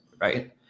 right